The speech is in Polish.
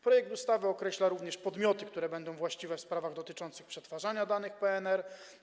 Projekt ustawy określa również podmioty, które będą właściwe w sprawach dotyczących przetwarzania danych PNR.